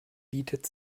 bietet